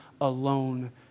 alone